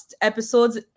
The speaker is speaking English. episodes